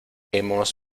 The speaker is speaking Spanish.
hemos